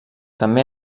també